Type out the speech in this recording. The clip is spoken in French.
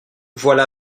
voilà